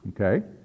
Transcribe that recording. okay